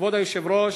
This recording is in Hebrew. כבוד היושב-ראש,